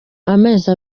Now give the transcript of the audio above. amezi